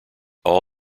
all